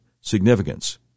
significance